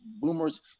boomers